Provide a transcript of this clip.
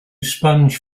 sponge